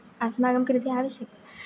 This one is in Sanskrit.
अस्माकं कृते आवश्यकं